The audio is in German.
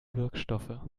wirkstoffe